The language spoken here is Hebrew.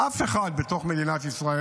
זה ביטחון, יש לו כללים.